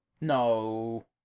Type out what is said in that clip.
No